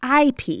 IP